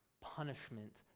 punishment